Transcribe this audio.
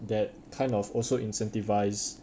that kind of also incentivise